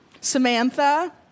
Samantha